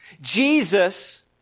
Jesus